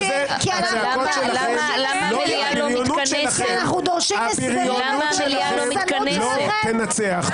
הבריונות שלכם לא תנצח.